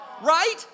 Right